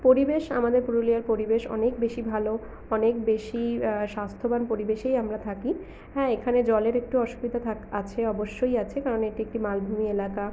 পরিবেশ আমাদের পুরুলিয়ার পরিবেশ অনেক বেশি ভালো অনেক বেশি স্বাস্থ্যবান পরিবেশেই আমরা থাকি হ্যাঁ এখানে জলের একটু অসুবিধা আছে অবশ্যই আছে কারণ এটি একটি মালভূমি এলাকা